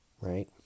right